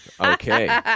Okay